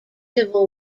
civil